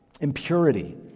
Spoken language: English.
impurity